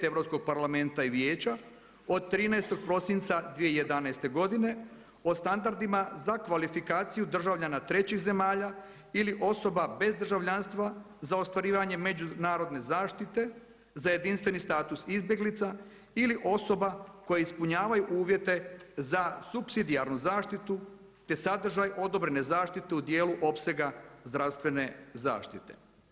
Europskog parlamenta i Vijeća od 13. prosinca 2011. godine, o standardima za kvalifikaciju državljana trećih zemalja ili osoba bez državljanstva za ostvarivanje međunarodne zaštite, za jedinstveni status izbjeglica ili osoba koje ispunjavaju uvjete za supsidijarnu zaštitu te sadržaj odobrene zaštite u dijelu opsega zdravstvene zaštite.